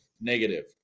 negative